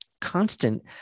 constant